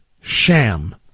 sham